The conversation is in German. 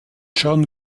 john